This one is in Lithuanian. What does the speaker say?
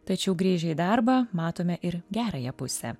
tačiau grįžę į darbą matome ir gerąją pusę